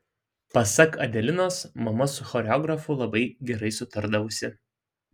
pasak adelinos mama su choreografu labai gerai sutardavusi